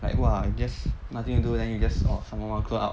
like !wah! guess nothing to do then you just orh someone out